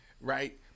right